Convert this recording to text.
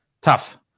tough